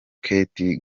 kate